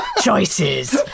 Choices